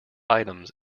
items